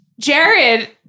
Jared